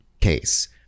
case